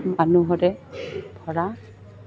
মানুহৰে ভৰা